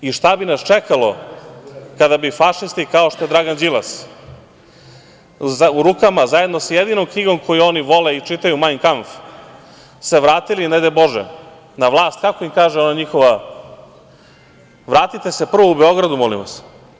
I šta bi nas čekalo kada bi fašisti, kao što je Dragan Đilas, u rukama zajedno sa jedinom knjigom koju oni vole i čitaju – „Majn kampf“, se vratili ne daj Bože na vlast, kako im kaže ona njihova – vratite se prvo u Beograd molim vas.